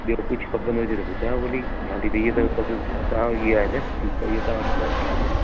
ॿियो कुझु खपंदो हुजे त ॿुधायो भली या इहो तव्हां वटि पहुंची वेंदो